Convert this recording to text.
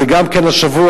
גם כן השבוע,